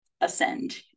ascend